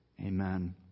Amen